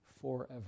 forever